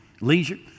leisure